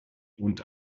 und